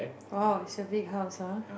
oh it's a big house ah